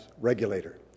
regulator